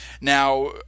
Now